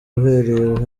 uhereye